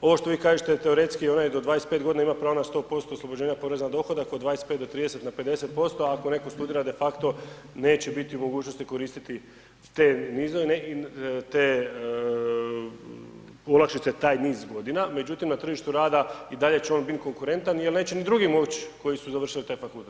Ovo što vi kažete teoretski onaj do 25 godina ima pravo na 100% oslobođenja poreza na dohodak od 25 do 30 na 50%, ako neko studira de facto neće biti u mogućnosti koristiti te olakšice taj niz godina, međutim na tržištu rada i dalje će on biti konkurentan jel neće ni drugi moć koji su završili taj fakultet.